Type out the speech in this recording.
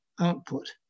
output